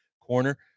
corner